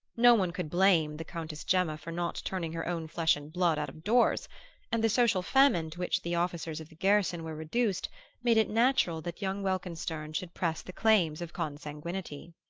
no one could blame the countess gemma for not turning her own flesh and blood out of doors and the social famine to which the officers of the garrison were reduced made it natural that young welkenstern should press the claims of consanguinity.